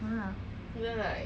!huh!